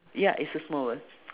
ya it's a small world